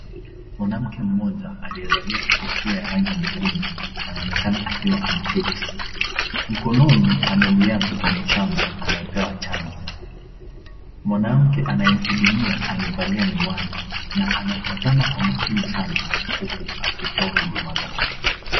Mwanamke mmoja aliyevalia kofia ya rangi nyekundu anaonekana akiwa ameketi, mkononi amemlea mtoto mchanga anayepewa chanjo , mwanamke anayemhudumia amevalia miwani na anatazama kwa makini sana huku akitoa huduma zake.